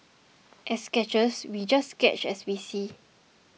as sketchers we just sketch as we see